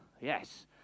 Yes